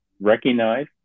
recognize